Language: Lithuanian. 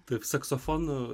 taip saksofonų